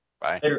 Bye